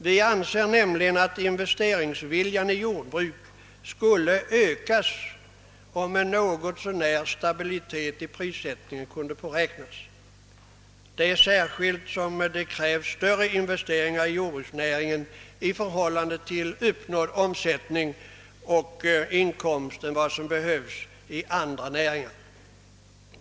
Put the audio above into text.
Vi anser nämligen att investeringsviljan i jordbruk skulle ökas, om en viss stabilitet i prissättningen kunde påräknas, särskilt som det. krävs större investeringar i jordbruksnäringen i förhållande till uppnådd omsättning och inkomst än vad som behövs i andra näringar.